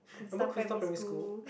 some primary school